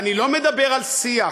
אני לא מדבר על שיח,